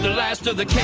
last of the